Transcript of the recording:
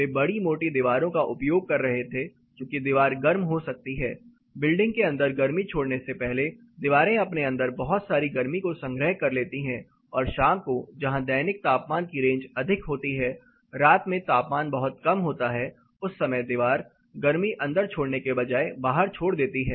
वे बड़ी मोटी दीवारों का उपयोग कर रहे थे क्योंकि दीवार गर्म हो जाती है बिल्डिंग के अंदर गर्मी छोड़ने से पहले दीवारें अपने अंदर बहुत सारी गर्मी को संग्रह कर लेती है और शाम को जहां दैनिक तापमान की रेंज अधिक होती है रात में तापमान बहुत कम होता है उस समय दीवार गर्मी अंदर छोड़ने के बजाय बाहर छोड़ देती है